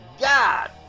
God